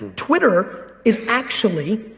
twitter is actually,